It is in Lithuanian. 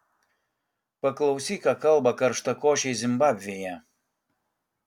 paklausyk ką kalba karštakošiai zimbabvėje